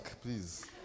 please